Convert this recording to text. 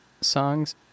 songs